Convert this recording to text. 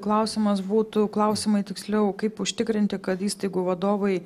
klausimas būtų klausimai tiksliau kaip užtikrinti kad įstaigų vadovai